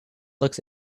looks